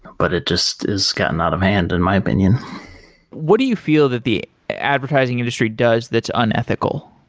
but it just has gotten out of hand in my opinion what do you feel that the advertising industry does that's unethical?